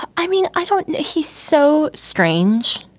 i mean, i don't he's so strange.